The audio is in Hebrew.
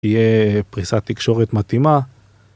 תהיה פריסת תקשורת מתאימה